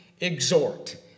exhort